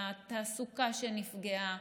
התעסוקה שנפגעה,